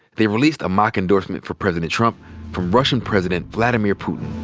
they released a mock endorsement for president trump from russian president vladimir putin.